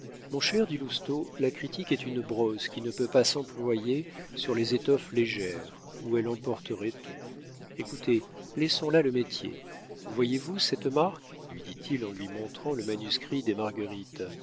mon cher dit lousteau la critique est une brosse qui ne peut pas s'employer sur les étoffes légères où elle emporterait tout écoutez laissons là le métier voyez-vous cette marque lui dit-il en lui montrant le manuscrit des marguerites